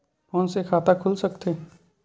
Phone से खाता खुल सकथे?